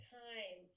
time